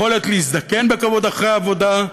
יכולת להזדקן בכבוד אחרי העבודה,